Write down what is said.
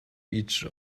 each